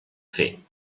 fer